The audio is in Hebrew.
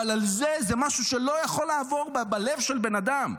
אבל על זה, זה משהו שלא יכול לעבור בלב של בן אדם.